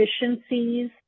efficiencies